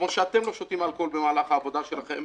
כפי שאתם לא שותים אלכוהול במהלך העבודה שלכם,